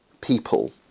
people